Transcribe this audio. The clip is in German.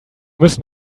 müssen